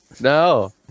no